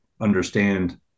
understand